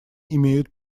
имеют